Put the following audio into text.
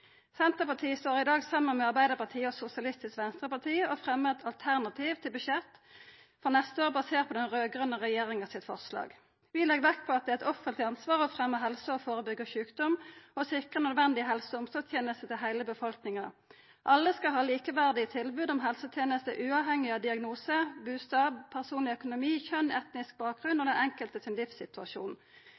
Senterpartiet står i dag saman med Arbeidarpartiet og Sosialistisk Venstreparti og fremjar eit alternativ til budsjett for neste år basert på forslaget til den raud-grøne regjeringa. Vi legg vekt på at det er eit offentleg ansvar å fremja helse og førebyggja sjukdom og sikra nødvendige helse- og omsorgstenester til heile befolkninga. Alle skal ha likeverdige tilbod om helsetenester, uavhengig av diagnose, bustad, personleg økonomi, kjønn, etnisk bakgrunn og den enkeltes livssituasjon.